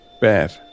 bad